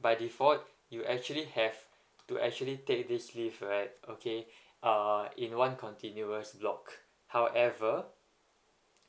by default you actually have to actually take this leave right okay uh in one continuous block however